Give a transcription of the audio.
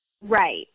Right